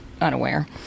unaware